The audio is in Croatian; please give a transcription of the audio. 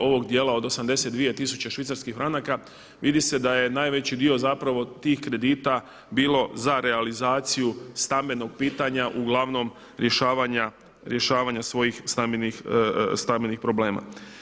ovog djela od 82 tisuće švicarskih franaka vidi se da je najveći dio zapravo tih kredita bilo za realizaciju stambenog pitanja uglavnom rješavanja svojih stambenih problema.